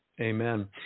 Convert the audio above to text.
Amen